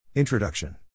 Introduction